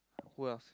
who else